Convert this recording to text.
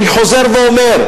מה שאני רוצה להגיד לכם,